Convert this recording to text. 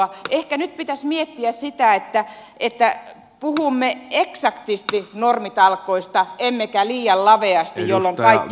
ehkä nyt pitäisi miettiä sitä että puhumme eksaktisti normitalkoista emmekä liian laveasti jolloin kaikki hukkuu